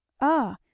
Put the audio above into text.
Ah